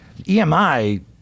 EMI